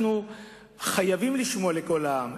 אנחנו חייבים לשמוע בקול העם.